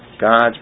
God's